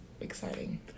exciting